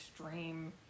extreme